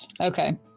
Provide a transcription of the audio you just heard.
Okay